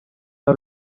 are